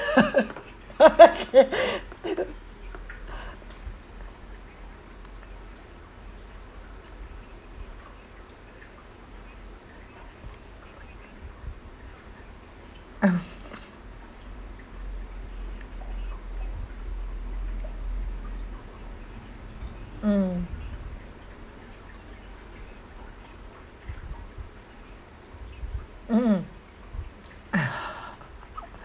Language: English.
mm mm